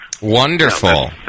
Wonderful